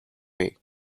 way